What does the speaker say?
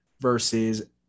versus